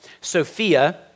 Sophia